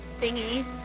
thingy